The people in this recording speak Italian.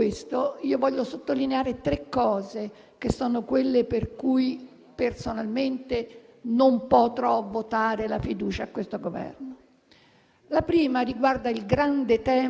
La prima riguarda il grande tema della scuola. Tutti i giorni sentiamo in televisione e leggiamo sui giornali interventi relativi alla scuola.